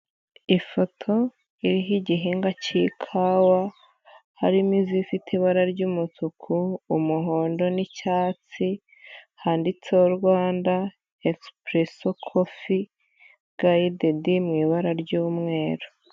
Ifoto iriho igihingwa cy'ikawa harimo izifite ibara ry'umutuku, umuhondo n'icyatsi handitseho Rwanda express coffee guide mu ibara ry'umweru.